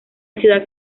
ciudad